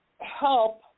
help